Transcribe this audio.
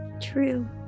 True